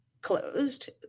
closed